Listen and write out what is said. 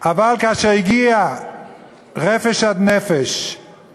אבל כאשר הגיע רפש עד נפש,